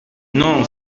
non